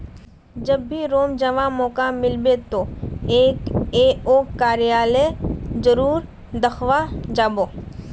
जब भी रोम जावा मौका मिलबे तो एफ ए ओ कार्यालय जरूर देखवा जा बो